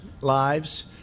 lives